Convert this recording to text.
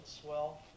Swell